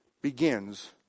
begins